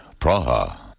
Praha